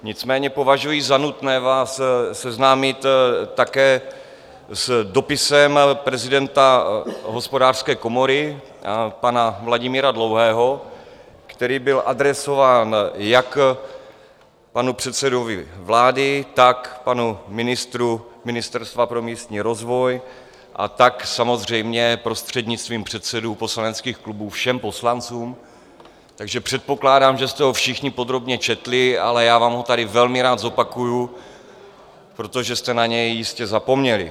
Nicméně považuji za nutné vás seznámit také s dopisem prezidenta Hospodářské komory pana Vladimíra Dlouhého, který byl adresován jak panu předsedovi vlády, tak panu ministru Ministerstva pro místní rozvoj, a tak samozřejmě prostřednictvím předsedů poslaneckých klubů všem poslancům, takže předpokládám, že jste ho všichni velmi podrobně četli, ale já vám ho tady velmi rád zopakuju, protože jste na něj jistě zapomněli.